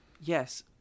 Yes